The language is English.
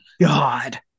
god